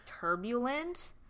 turbulent